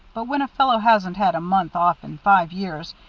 but when a fellow hasn't had a month off in five years,